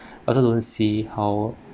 also don't see how